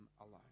alone